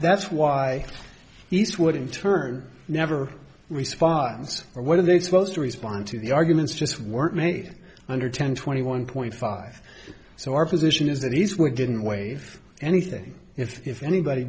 that's why these would in turn never responds or what are they supposed to respond to the arguments just weren't made under ten twenty one point five so our position is that these we didn't wave anything if anybody